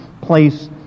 place